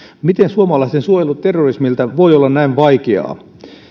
miten suomalaisten suojelu terrorismilta voi olla näin vaikeaa